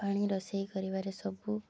ପାଣି ରୋଷେଇ କରିବାରେ ସବୁ